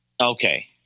okay